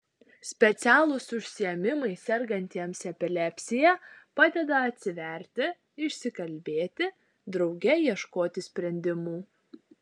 specialūs užsiėmimai sergantiems epilepsija padeda atsiverti išsikalbėti drauge ieškoti sprendimų